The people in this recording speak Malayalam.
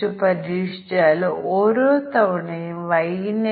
അതിനാൽ ഇത് ചില സാമ്പിൾ മൂല്യങ്ങൾ മാത്രമാണ് നൽകുന്നത്